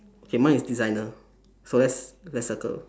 okay mine is designer so let's let's circle